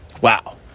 wow